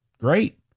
great